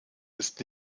ist